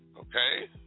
Okay